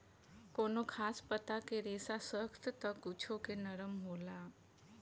कवनो खास पता के रेसा सख्त त कुछो के नरम होला